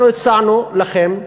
אנחנו הצענו לכם,